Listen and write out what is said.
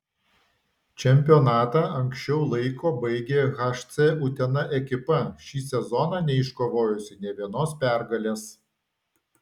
čempionatą anksčiau laiko baigė hc utena ekipa šį sezoną neiškovojusi nė vienos pergalės